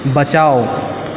बचाउ